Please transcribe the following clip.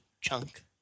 chunk